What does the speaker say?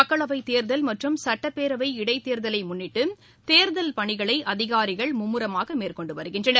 மக்களவைத் தேர்தல் மற்றும் சட்டப்பேரவை இடைத்தேர்தலை முன்னிட்டு தேர்தல் பணிகளை அதிகாரிகள் மும்முரமாக மேற்கொண்டு வருகின்றனர்